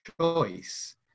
choice